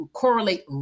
correlate